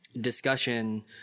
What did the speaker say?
discussion